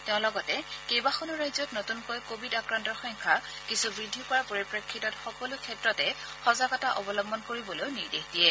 তেওঁ লগতে কেবাখনো ৰাজ্যত নতুনকৈ কোৱিড আক্ৰান্তৰ সংখ্যা কিছু বৃদ্ধি পোৱাৰ পৰিপ্ৰেক্ষিতত সকলো ক্ষেত্ৰতে সজাগতা অৱলম্বন কৰিবলৈও নিৰ্দেশ দিয়ে